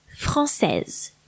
Française